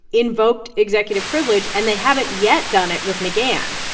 invoked executive privilege, and they haven't yet done it with mcgahn.